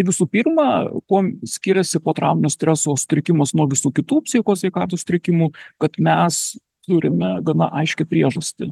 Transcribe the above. visų pirma kuom skiriasi potrauminio streso sutrikimas nuo visų kitų psichikos sveikatos sutrikimų kad mes turime gana aiškią priežastį